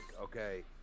okay